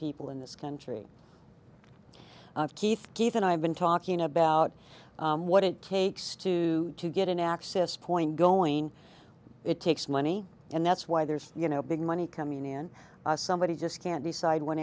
people in this country keith giffen i've been talking about what it takes to get an access point going it takes money and that's why there's you know big money coming in somebody just can't decide one